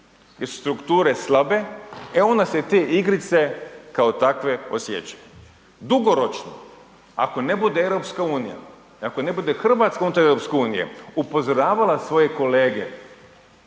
su strukture slabe, e onda se te igrice kao takve osjećaju. Dugoročno, ako ne bude EU i ako ne bude Hrvatska unutar EU, upozoravala svoje kolege